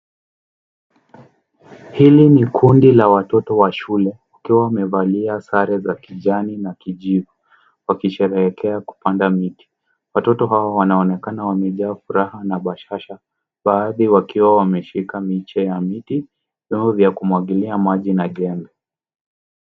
Hili ni kundi la watoto wa shule wakiwa wamevalia sare za kijani na kijivu wakisherehekea kupanda miti. Watoto hawa wanaonekana wamekaa furaha na bashasha baadhi wakiwa wameshika miche ya miti, vyombo vya kumwagilia maji na jembe.